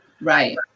right